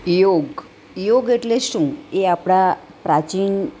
યોગ યોગ એટલે શું એ આપણા પ્રાચીન